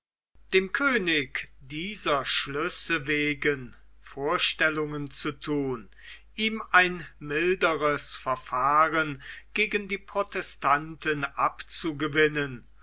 dem könig dieser schlüsse wegen vorstellungen zu thun ihm ein milderes verfahren gegen die protestanten abzugewinnen